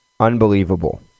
Unbelievable